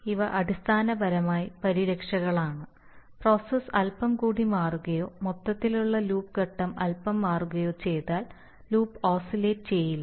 ഇവ അടിസ്ഥാനപരമായി പരിരക്ഷകളാണ് പ്രോസസ്സ് അല്പം കൂടി മാറുകയോ മൊത്തത്തിലുള്ള ലൂപ്പ് ഘട്ടം അല്പം മാറുകയോ ചെയ്താലും ലൂപ്പ് ഓസിലേറ്റ് ചെയ്യില്ല